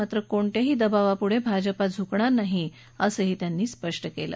मात्र कोणत्याही दबावापुढे भाजपा झुकणार नाही असं त्यांनी स्पष्ट केलं